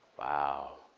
wow.